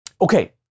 Okay